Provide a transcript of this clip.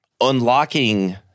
unlocking